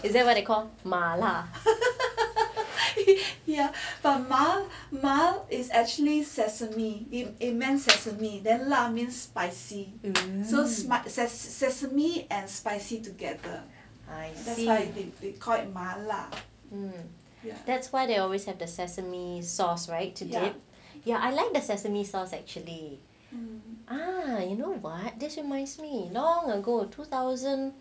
is that what they call 麻辣 ya that's why they always have the sesame sauce right to dip ya I like the sesame sauce actually ah you know why this reminds me long ago two thousand